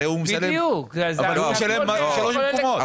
הרי הוא משלם מס משלושה מקומות.